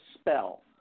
spell